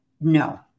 no